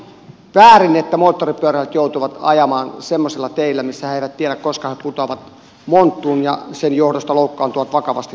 on väärin että moottoripyöräilijät joutuvat ajamaan semmoisilla teillä missä he eivät tiedä koska he putoavat monttuun ja sen johdosta loukkaantuvat vakavasti tai jopa kuolevat